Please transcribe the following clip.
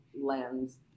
lens